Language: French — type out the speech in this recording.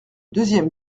deuxième